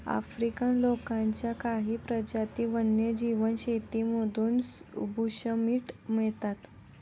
African लोकांच्या काही प्रजाती वन्यजीव शेतीतून बुशमीट मिळवतात